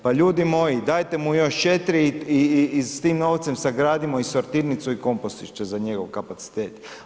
Pa ljudi moji dajte mu još 4 i s tim novcem sagradimo i sortirnicu i kompostište za njegov kapacitet.